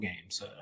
games